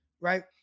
right